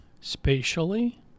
spatially